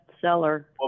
seller